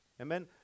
Amen